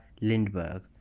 Lindbergh